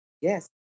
Yes